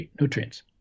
nutrients